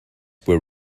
were